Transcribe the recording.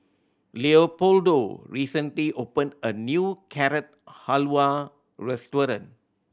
Leopoldo recently opened a new Carrot Halwa restaurant